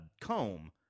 comb